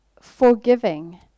forgiving